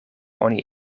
oni